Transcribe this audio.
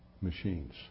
machines